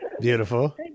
Beautiful